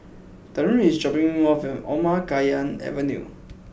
Truman is dropping me off at Omar Khayyam Avenue